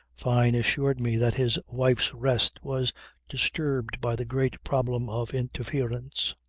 fyne assured me that his wife's rest was disturbed by the great problem of interference.